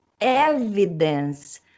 evidence